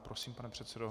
Prosím, pane předsedo.